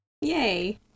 Yay